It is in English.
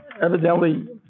evidently